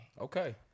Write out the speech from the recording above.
Okay